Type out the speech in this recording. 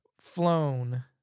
flown